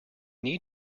need